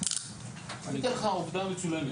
אני אתן לך עובדה מצולמת,